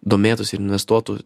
domėtųsi ir investuotų